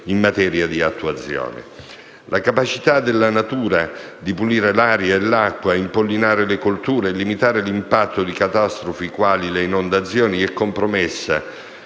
La capacità della natura di pulire l'aria e l'acqua, impollinare le colture e limitare l'impatto di catastrofi quali le inondazioni, è compromessa,